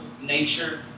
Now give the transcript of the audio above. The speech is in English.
nature